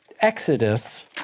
Exodus